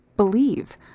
believe